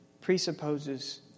presupposes